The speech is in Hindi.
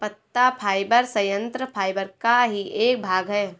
पत्ता फाइबर संयंत्र फाइबर का ही एक भाग है